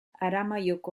aramaioko